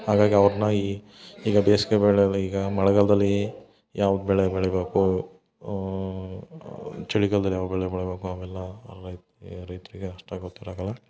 ಹಾಗಾಗಿ ಅವ್ರ್ನ ಈ ಈಗ ಬೇಸ್ಗೆ ಬೆಳೆಯಲ್ಲಿ ಈಗ ಮಳೆಗಾಲ್ದಲ್ಲಿ ಯಾವ ಬೆಳೆ ಬೆಳಿಬೇಕು ಚಳಿಗಾಲ್ದಲ್ಲಿ ಯಾವ ಬೆಳೆ ಬೆಳಿಬೇಕು ಅವೆಲ್ಲ ರೈತರಿಗೆ ರೈತರಿಗೆ ಅಷ್ಟೇ ಗೊತ್ತಿರಗಲ್ಲ